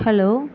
hello